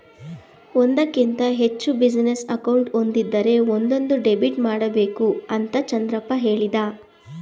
ಒಂದಕ್ಕಿಂತ ಹೆಚ್ಚು business account ಒಂದಿದ್ದರೆ ಒಂದೊಂದು ಡೆಬಿಟ್ ಮಾಡಬೇಕು ಅಂತ ಚಂದ್ರಪ್ಪ ಹೇಳಿದ